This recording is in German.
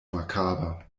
makaber